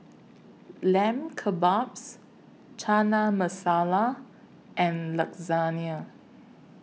Lamb Kebabs Chana Masala and Lasagne